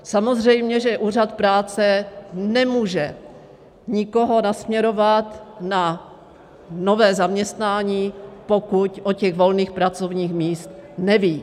Samozřejmě že úřad práce nemůže nikoho nasměrovat na nové zaměstnání, pokud o volných pracovních místech neví.